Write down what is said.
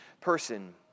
person